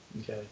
Okay